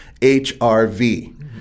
HRV